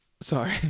Sorry